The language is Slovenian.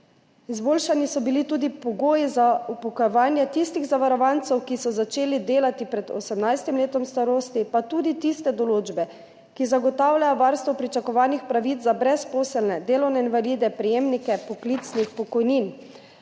»Izboljšani so bili tudi pogoji za upokojevanje tistih zavarovancev, ki so začeli delati pred 18. letom starosti, pa tudi tiste določbe, ki zagotavljajo varstvo pričakovanih pravic za brezposelne, delovne invalide, prejemnike poklicnih pokojnin.